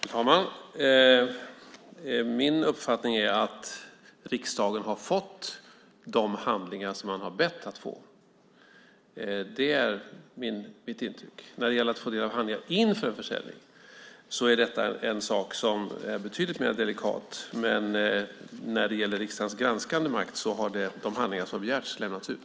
Fru talman! Min uppfattning är att riksdagen har fått de handlingar som man har bett att få. Det är mitt intryck. Att få del av handlingar inför en försäljning är en sak som är betydligt mer delikat. Men när det gäller riksdagens granskande makt har de handlingar som har begärts lämnats ut.